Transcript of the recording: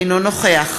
אינו נוכח